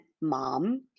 mom